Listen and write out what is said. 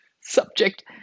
subject